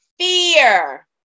Fear